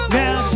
now